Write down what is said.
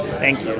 thank